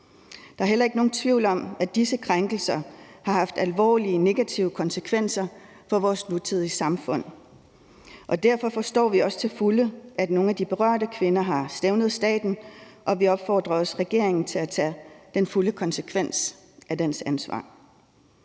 Der er heller ikke nogen tvivl om, at disse krænkelser har haft alvorlige negative konsekvenser for vores nutidige samfund. Derfor forstår vi også til fulde, at nogle af de berørte kvinder har stævnet staten, og vi opfordrer også regeringen til at tage den fulde konsekvens af sit ansvar.